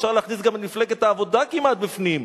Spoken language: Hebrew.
אפשר להכניס את מפלגת העבודה כמעט בפנים.